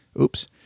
Oops